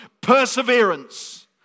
Perseverance